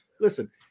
Listen